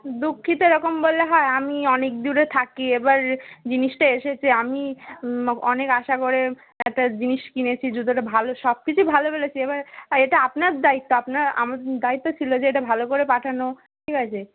দুঃখিত এরকম বললে হয় আমি অনেক দূরে থাকি এবার জিনিসটা এসেচে আমি অনেক আশা করে একটা জিনিস কিনেছি জুতোটা ভালো সব কিছুই ভালো বলেছি এবার এটা আপনার দায়িত্ব আপনার আমার দায়িত্ব ছিলো যে এটা ভালো করে পাঠানো ঠিক আছে